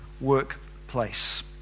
workplace